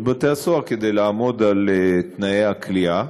בתי-הסוהר כדי לעמוד על תנאי הכליאה,